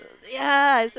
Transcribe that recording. ya